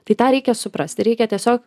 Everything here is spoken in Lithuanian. tai tą reikia suprasti reikia tiesiog